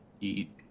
eat